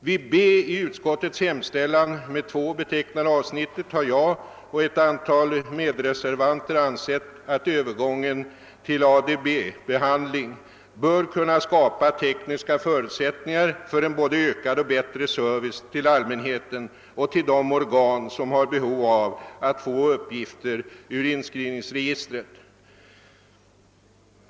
Vad beträffar det avsnitt som avses med moment B i utskottets hemställan har jag och ett antal medreservanter ansett, att övergången till ADB-behandling bör kunna skapa tekniska förutsättningar för en både ökad och bättre service till allmänheten och till de organ, som har behov av att få uppgifter ur inskrivningsregistret.